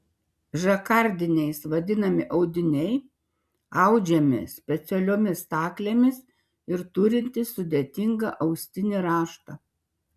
žakardiniais vadinami audiniai audžiami specialiomis staklėmis ir turintys sudėtingą austinį raštą